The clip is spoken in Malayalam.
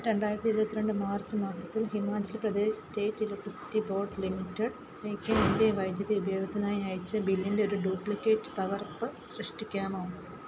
രണ്ടായിരത്തി ഇരുപത്തിരണ്ട് മാർച്ച് മാസത്തിൽ Himachal Pradesh state electricity board ലിമിറ്റഡ്ലേക്ക് എൻ്റെ വൈദ്യുതി ഉപയോഗത്തിനായി അയച്ച ബില്ലിൻ്റെ ഒരു ഡ്യൂപ്ലിക്കേറ്റ് പകർപ്പ് സൃഷ്ടിക്കാമോ